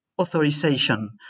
authorization